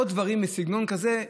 עוד דברים בסגנון כזה,